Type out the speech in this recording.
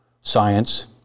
science